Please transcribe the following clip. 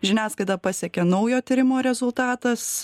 žiniasklaidą pasiekė naujo tyrimo rezultatas